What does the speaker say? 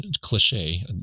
cliche